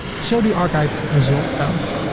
show the archive result count?